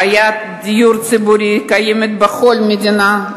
בעיית הדיור הציבורי קיימת בכל המדינה,